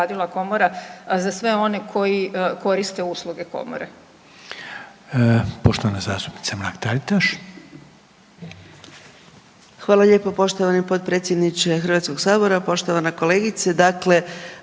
Komora a za sve one koji koriste usluge Komore.